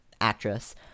actress